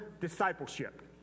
discipleship